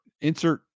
insert